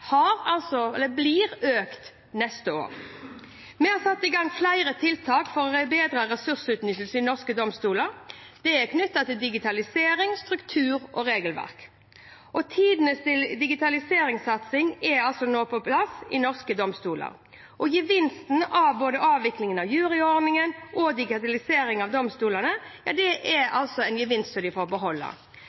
har utfordringer, spesielt med stadig tyngre og mer komplekse saker. Budsjettet til domstolene blir økt neste år. Vi har satt i gang flere tiltak for å bedre ressursutnyttelsen ved norske domstoler knyttet til digitalisering, struktur og regelverk. Tidenes digitaliseringssatsing er nå på plass ved norske domstoler. Gevinsten av både avvikling av juryordningen og digitalisering ved domstolene er en gevinst de får beholde.